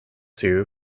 zoo